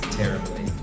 terribly